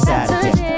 Saturday